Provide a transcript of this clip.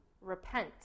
repent